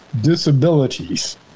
disabilities